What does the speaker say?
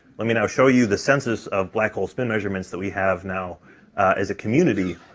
let me now show you the census of black hole spin measurements that we have now as a community